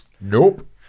Nope